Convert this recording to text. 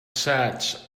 sat